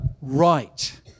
right